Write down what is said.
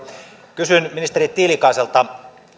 kysyn ministeri tiilikaiselta